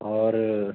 और